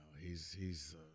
He's—he's